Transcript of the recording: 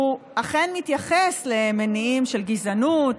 הוא אכן מתייחס למניעים של גזענות,